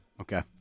Okay